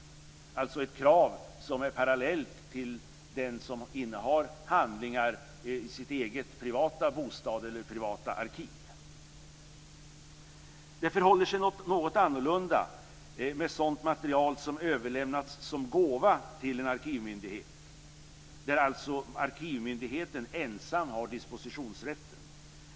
Det är alltså ett krav som är parallellt i förhållande till den som innehar handlingar i sin egen privata bostad eller sitt privata arkiv. Det förhåller sig något annorlunda med sådant material som överlämnats som gåva till en arkivmyndighet, där alltså arkivmyndigheten ensam har dispositionsrätten.